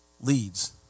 leads